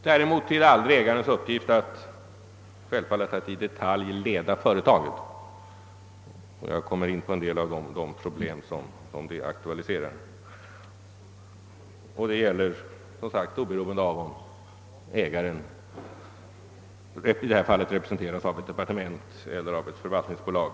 Däremot är det självfallet aldrig ägarens uppgift att i detalj leda företaget. Jag kommer in på en del av de problem som sålunda aktualiseras oberoende, som sagt, av om ägaren representeras som i detta fall av ett departement eller det gäller ett förvaltningsbolag.